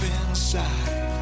inside